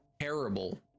terrible